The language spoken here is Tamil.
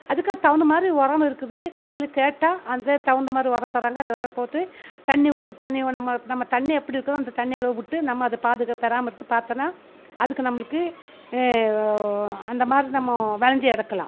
அதுக்கு தகுந்த மாதிரி உரம் இருக்குது கடையில் கேட்டால் அந்த தகுந்த மாரி உரம் தர்றாங்க அந்த உரம் போட்டு தண்ணி தண்ணி நம்ம நம்ம தண்ணி எப்படி இருக்குதோ அந்த தண்ணி அளவு விட்டு நம்ம அதை பராமரித்து பாத்தோம்னா அதுக்கு நம்மளுக்கு அந்த மாதிரி நம்ம வெளைஞ்சி எடுக்கலாம்